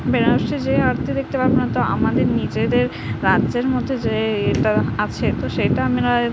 বেনারসে যেয়ে আরতি দেখতে পারবো না তো আমাদের নিজেদের রাজ্যের মধ্যে যে ইয়েটা আছে তো সেটা আমরা